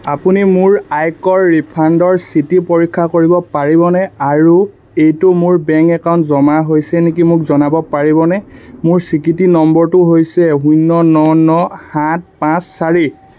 আপুনি মোৰ আয়কৰ ৰিফাণ্ডৰ স্থিতি পৰীক্ষা কৰিব পাৰিবনে আৰু এইটো মোৰ বেংক একাউণ্টত জমা হৈছে নেকি মোক জনাব পাৰিবনে মোৰ স্বীকৃতি নম্বৰটো হৈছে শূন্য ন ন সাত পাঁচ চাৰি